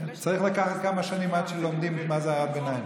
צריך לקחת כמה שנים עד שלומדים מה זו הערת ביניים.